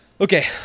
Okay